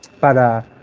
para